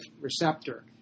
receptor